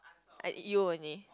you only